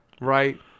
right